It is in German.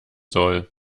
soll